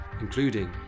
including